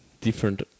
different